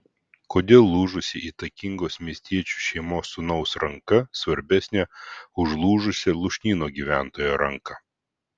kodėl lūžusi įtakingos miestiečių šeimos sūnaus ranka svarbesnė už lūžusią lūšnyno gyventojo ranką